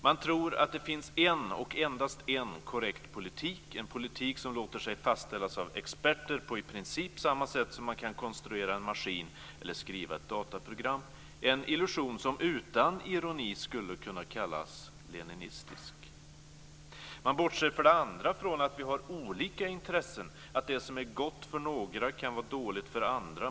Man tror för det första att det finns en och endast en korrekt politik, en politik som låter sig fastställas av experter på i princip samma sätt som man kan konstruera en maskin eller skriva ett dataprogram. Det är en illusion som utan ironi skulle kunna kallas leninistisk. Man bortser för det andra från att vi har olika intressen, att det som är gott för några kan vara dåligt för andra.